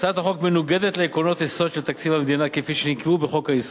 הצעת החוק מנוגדת לעקרונות היסוד של תקציב המדינה כפי שנקבעו בחוק-יסוד: